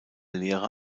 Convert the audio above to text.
lehre